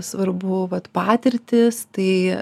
svarbu vat patirtys tai